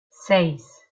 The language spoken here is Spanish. seis